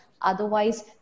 Otherwise